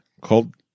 called